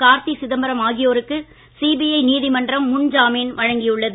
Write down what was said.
கார்த்தி சிதம்பரம் ஆகியோருக்கு சிபிஐ நீதிமன்றம் முன் ஜாமீன் வழங்கியுள்ளது